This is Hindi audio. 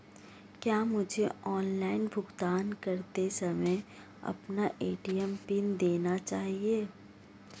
क्या मुझे ऑनलाइन भुगतान करते समय अपना ए.टी.एम पिन देना चाहिए?